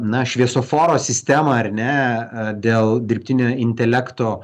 na šviesoforo sistemą ar ne dėl dirbtinio intelekto